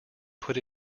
put